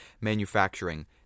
manufacturing